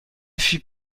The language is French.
fut